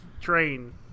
train